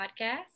podcast